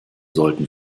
sollten